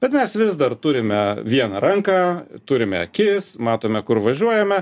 bet mes vis dar turime vieną ranką turime akis matome kur važiuojame